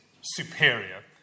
superior